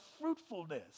fruitfulness